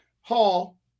Hall